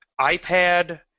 iPad